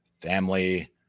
family